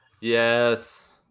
Yes